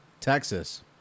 Texas